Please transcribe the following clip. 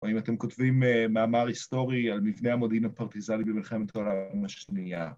‫או אם אתם כותבים מאמר היסטורי ‫על מבנה המודיעין הפרטיזני במלחמת העולם השנייה.